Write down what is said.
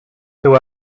who